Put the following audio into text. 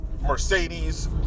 Mercedes